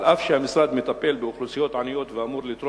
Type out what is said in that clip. אף שהמשרד מטפל באוכלוסיות עניות ואמור לתרום